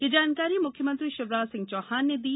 ये जानकारी मुख्यमंत्री शिवराज सिंह चौहान ने दी